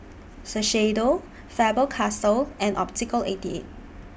Shiseido Faber Castell and Optical eighty eight